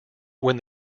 when